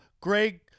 Greg